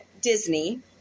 Disney